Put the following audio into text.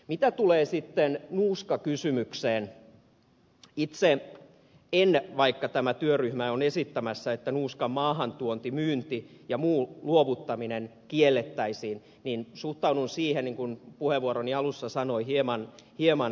mitä tulee sitten nuuskakysymykseen niin itse vaikka tämä työryhmä on esittämässä että nuuskan maahantuonti myynti ja muu luovuttaminen kiellettäisiin suhtaudun siihen niin kuin puheenvuoroni alussa sanoin hieman kriittisesti